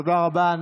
תודה רבה.